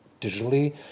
digitally